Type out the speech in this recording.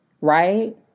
right